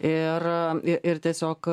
ir į ir tiesiog